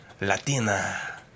Latina